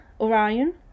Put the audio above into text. Orion